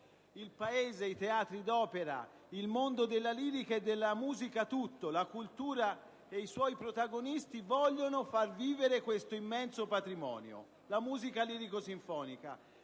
Il Paese, i teatri d'opera, il mondo della lirica e della musica tutto, la cultura e i suoi protagonisti vogliono far vivere questo immenso patrimonio: la musica lirico-sinfonica.